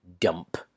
dump